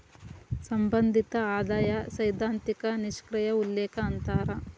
ಸಂಬಂಧಿತ ಆದಾಯ ಸೈದ್ಧಾಂತಿಕ ನಿಷ್ಕ್ರಿಯ ಉಲ್ಲೇಖ ಅಂತಾರ